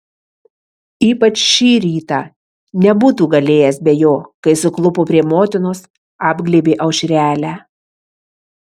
ypač šį rytą nebūtų galėjęs be jo kai suklupo prie motinos apglėbė aušrelę